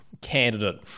candidate